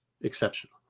exceptional